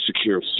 secure